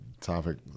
topic